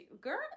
girl